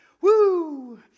Woo